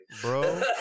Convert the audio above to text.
bro